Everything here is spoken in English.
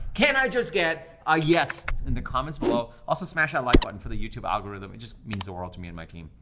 can i just get a yes in the comments below, also smash that like button for the youtube algorithm, it just means the world to me and my team,